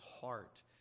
heart